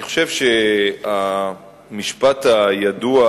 אני חושב שהמשפט הידוע: